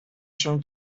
się